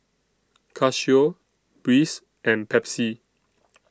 Casio Breeze and Pepsi